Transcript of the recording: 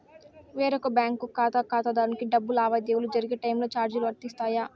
వేరొక బ్యాంకు ఖాతా ఖాతాదారునికి డబ్బు లావాదేవీలు జరిగే టైములో చార్జీలు వర్తిస్తాయా?